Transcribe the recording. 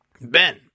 ben